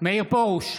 מאיר פרוש,